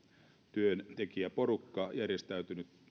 työntekijäporukka järjestäytynyt